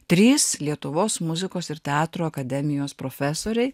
trys lietuvos muzikos ir teatro akademijos profesoriai